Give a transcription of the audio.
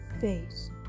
face